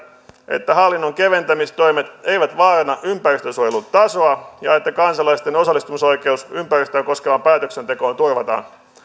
että hallinnon keventämistoimet eivät vaaranna ympäristönsuojelun tasoa ja että kansalaisten osallistumisoikeus ympäristöä koskevaan päätöksentekoon turvataan